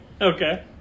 Okay